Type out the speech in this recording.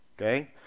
okay